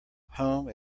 home